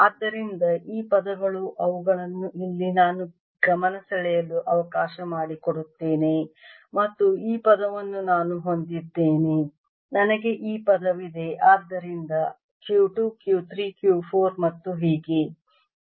ಆದ್ದರಿಂದ ಈ ಪದಗಳು ಅವುಗಳನ್ನು ಇಲ್ಲಿ ನಾನು ಗಮನಸೆಳೆಯಲು ಅವಕಾಶ ಮಾಡಿಕೊಡುತ್ತೇನೆ ಮತ್ತು ಈ ಪದವನ್ನು ನಾನು ಹೊಂದಿದ್ದೇನೆ ನನಗೆ ಈ ಪದವಿದೆ ಆದ್ದರಿಂದ Q 2 Q 3 Q 4 ಮತ್ತು ಹೀಗೆ